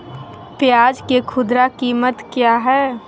प्याज के खुदरा कीमत क्या है?